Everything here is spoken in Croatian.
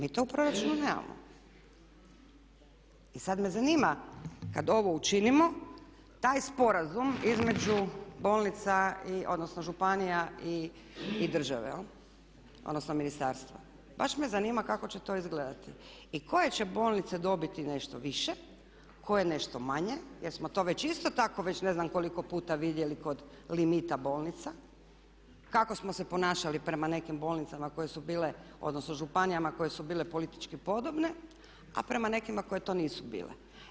I sad me zanima kad ovo učinimo taj sporazum između bolnica i odnosno županija i države jel' odnosno ministarstva baš me zanima kako će to izgledati i koje će bolnice dobiti nešto više, koje nešto manje jer smo to već isto tako već ne znam koliko puta vidjeli kod limita bolnica kako smo se ponašali prema nekim bolnicama koje su bile odnosno županijama koje su bile politički podobne, a prema nekima koje to nisu bile.